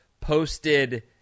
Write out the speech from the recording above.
posted